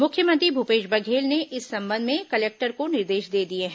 मुख्यमंत्री भूपेश बघेल ने इस संबंध में कलेक्टर को निर्देश दे दिए हैं